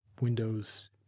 windows